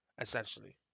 essentially